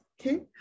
Okay